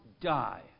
die